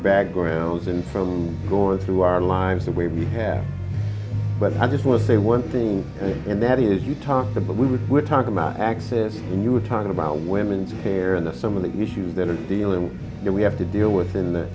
background and from going through our lives the way we have but i just want to say one thing and that is you talk to but we would talk about access and you were talking about women's hair and some of the issues that are feeling that we have to deal with in the